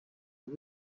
but